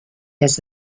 his